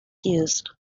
use